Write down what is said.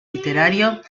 literario